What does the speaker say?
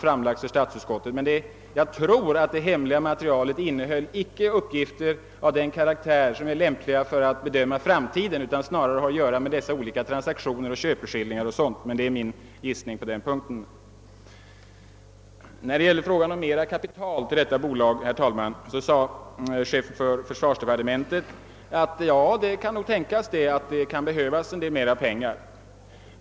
Jag tror emellertid att det hemliga materialet inte innehöll sådana uppgifter som är ägnade för en bedömning av framtiden utan snarare gällde transaktioner, d.v.s. köpeskillingar och sådant — men det är en gissning från min sida. Vad beträffar frågan om mera pengar till detta bolag sade chefen för försvarsdepartementet att det är tänkbart att det kan behövas mera kapital.